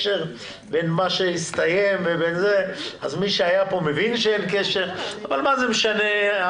מי שהיה פה, מבין שאין קשר, אבל מה זה משנה?